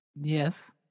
Yes